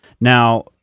Now